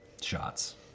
shots